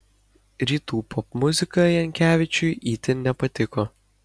rytų popmuzika jankevičiui itin nepatiko